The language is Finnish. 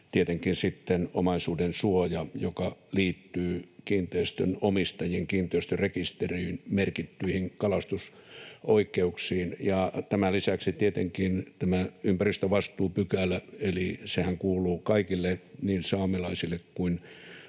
sitten omaisuudensuoja, joka liittyy kiinteistönomistajien kiinteistörekisteriin merkittyihin kalastusoikeuksiin. Tämän lisäksi on tietenkin tämä ympäristövastuupykälä, eli sehän kuuluu kaikille, niin saamelaisille kuin